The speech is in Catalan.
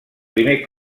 primer